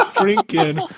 drinking